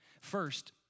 First